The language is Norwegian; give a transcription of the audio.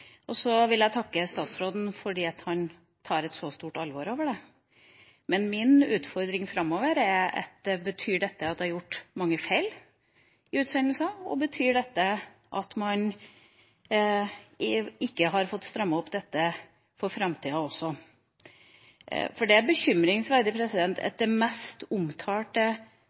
presidenten. Så vil jeg takke statsråden for at han tar det på så stort alvor. Men min utfordring framover er om dette betyr at det er gjort mange feil i utsendelsene, og at man ikke har fått strammet opp dette for framtida heller. Det er bekymringsverdig at det mest omtalte